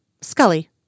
Scully